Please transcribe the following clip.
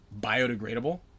biodegradable